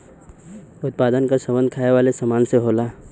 उत्पादन क सम्बन्ध खाये वालन सामान से होला